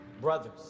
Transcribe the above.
brothers